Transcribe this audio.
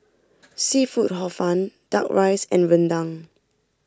Seafood Hor Fun Duck Rice and Rendang